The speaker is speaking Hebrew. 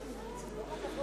הן לא כל כך חסרות משמעות.